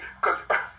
cause